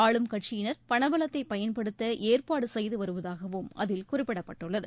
ஆளும் கட்சியினர் பணபலத்தை பயன்படுத்த ஏற்பாடு செய்துவருவதாகவும் அதில் குறிப்பிடப்பட்டுள்ளது